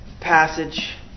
passage